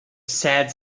sad